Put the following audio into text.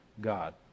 God